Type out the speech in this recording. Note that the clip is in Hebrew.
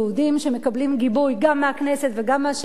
שמקבלים גיבוי גם מהכנסת וגם מהשלטונות,